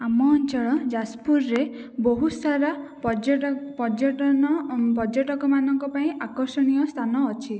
ଆମ ଅଞ୍ଚଳ ଯାଜପୁରରେ ବହୁତ ସାରା ପର୍ଯ୍ୟଟନ ପର୍ଯ୍ୟଟକ ମାନଙ୍କ ପାଇଁ ଆକର୍ଷଣୀୟ ସ୍ଥାନ ଅଛି